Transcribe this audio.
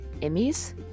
Emmys